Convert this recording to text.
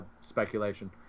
Speculation